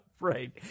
Right